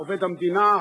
עובד המדינה,